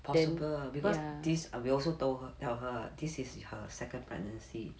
possible because this we also told her tell her this is her second pregnancy